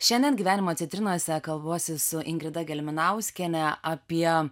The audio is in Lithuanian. šiandien gyvenimo citrinose kalbuosi su ingrida gelminauskiene apie